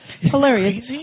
hilarious